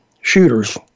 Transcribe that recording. shooters